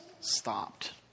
stopped